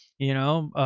you know,